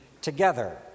together